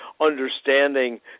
understanding